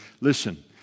Listen